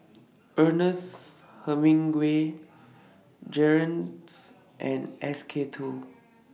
Ernest Hemingway Jergens and S K two